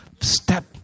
step